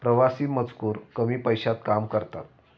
प्रवासी मजूर कमी पैशात काम करतात